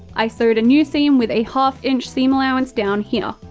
i sewed a new seam with a half inch seam allowance, down here.